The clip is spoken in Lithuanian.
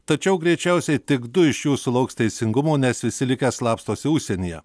tačiau greičiausiai tik du iš jų sulauks teisingumo nes visi likę slapstosi užsienyje